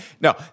No